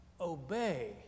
obey